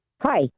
Hi